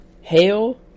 Hail